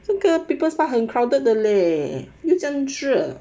这个 people's park 很 crowded 的 leh 又这样热